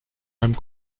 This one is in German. einem